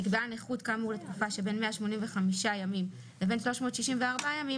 (2)נקבעה נכות כאמור לתקופה שבין 185 ימים לבין 364 ימים,